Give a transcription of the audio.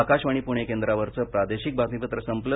आकाशवाणी पुणे केंद्रावरचं प्रादेशिक बातमीपत्र संपलं